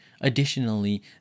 Additionally